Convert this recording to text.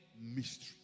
mystery